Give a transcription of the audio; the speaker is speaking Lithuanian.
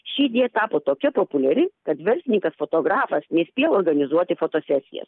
ši idėja tapo tokia populiari kad verslininkas fotografas nespėja organizuoti fotosesijas